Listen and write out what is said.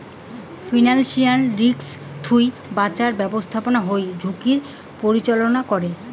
financial risk থুই বাঁচার ব্যাপস্থাপনা হই ঝুঁকির পরিচালনা করে